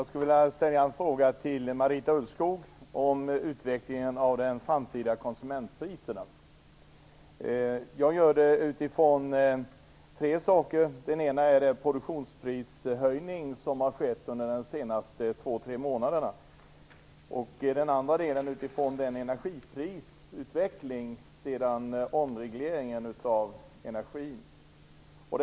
Fru talman! Jag vill fråga civilminister Marita Jag ställer frågan ur tre aspekter. Den första är den produktionsprishöjning som har skett under de senaste två tre månaderna. Den andra är energiprisutvecklingen efter omregleringen av energimarknaden.